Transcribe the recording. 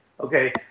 Okay